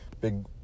big